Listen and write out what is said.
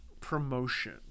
promotion